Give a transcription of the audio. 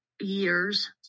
Years